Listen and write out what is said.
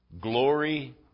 Glory